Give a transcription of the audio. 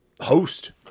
host